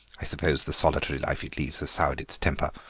i suppose the solitary life it leads has soured its temper.